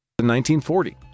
1940